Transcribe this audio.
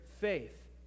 faith